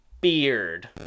beard